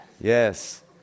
Yes